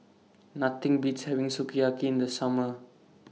Nothing Beats having Sukiyaki in The Summer